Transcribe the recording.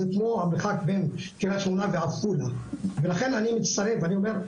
זה כמו המרחק בית קריית שמונה ועפולה ולכן אני מצטרף ואני אומר,